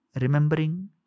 remembering